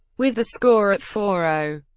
with the score at four zero,